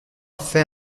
fait